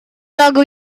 lagu